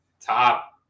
top